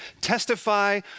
testify